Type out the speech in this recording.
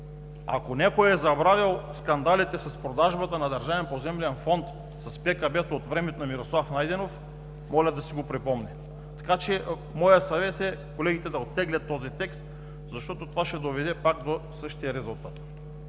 Ако някой е забравил скандалите с продажбата на Държавния поземлен фонд с ДКБ-то от времето на Мирослав Найденов, моля да си го припомни. Моят съвет е колегите да оттеглят този текст, защото това ще доведе пак до същия резултат.